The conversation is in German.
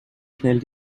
schnell